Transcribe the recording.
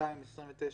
וסעיף 229(ג)